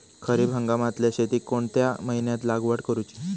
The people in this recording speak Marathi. खरीप हंगामातल्या शेतीक कोणत्या महिन्यात लागवड करूची?